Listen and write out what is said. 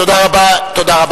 תודה רבה.